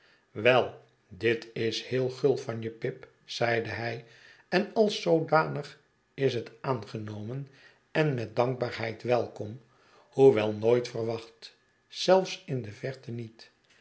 wel dit is heel gul van je pip zeide hij en als zoodanig is het aangenomen en met dankbaarheid welkom hoewel nooit verwacht zelfs in de verte niet